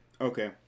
Okay